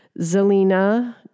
Zelina